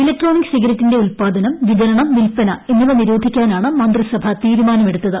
electronic സിഗരറ്റിന്റെ ഉത്പാദനം വിതരണം വിൽപന എന്നിവ നിരോധിക്കാനാണ് മന്ത്രിസഭ തീരുമാനമെടുത്തത്